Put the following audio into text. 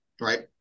right